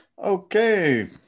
okay